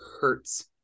hurts